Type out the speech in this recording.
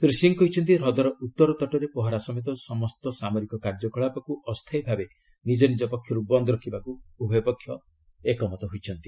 ଶ୍ରୀ ସିଂ କହିଛନ୍ତି ହ୍ରଦର ଉତ୍ତର ତଟରେ ପହରା ସମେତ ସମସ୍ତ ସାମରିକ କାର୍ଯ୍ୟକଳାପକୁ ଅସ୍ଥାୟୀ ଭାବେ ନିଜନିକ ପକ୍ଷରୁ ବନ୍ଦ ରଖିବାକୁ ଉଭୟ ପକ୍ଷ ଏକମତ ହୋଇଛନ୍ତି